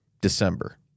December